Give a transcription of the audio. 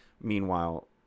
Meanwhile